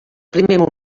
primer